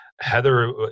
Heather